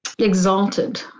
exalted